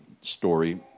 story